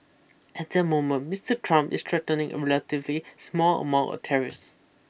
at the moment Mister Trump is threatening a relatively small amount of tariffs